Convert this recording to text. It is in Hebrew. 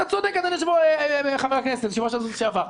אתה צודק, חבר הכנסת ויו"ר ההסתדרות לשעבר.